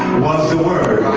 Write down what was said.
was the word